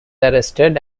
arrested